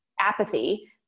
apathy